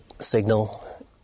signal